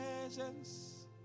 presence